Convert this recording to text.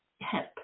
help